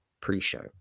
Pre-show